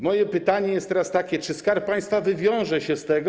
Moje pytanie jest teraz takie: Czy Skarb Państwa wywiąże się z tego?